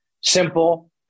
simple